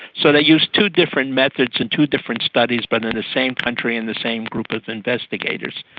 so they used two different methods and two different studies but in the same country and the same group of investigators,